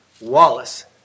Wallace